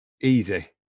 Easy